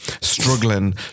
struggling